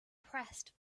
pressed